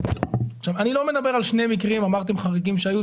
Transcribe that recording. אני לא מדבר על שני המקרים החריגים שהיו,